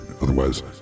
Otherwise